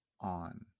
on